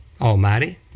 Almighty